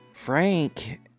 Frank